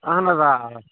اَہن حظ آ آ